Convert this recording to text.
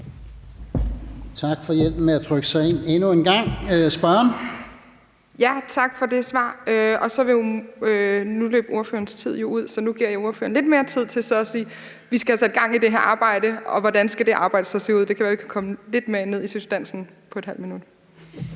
Tak for hjælpen med at trykke sig ind endnu en gang. Spørgeren. Kl. 15:15 Helene Brydensholt (ALT): Tak for det svar. Nu løb ordførerens tid jo ud, så nu giver jeg ordføreren lidt mere tid til at sige: Vi skal have sat gang i det her arbejde. Og hvordan skal det arbejde så se ud? Det kan være, vi kan komme lidt mere ned i substansen på ½ minut.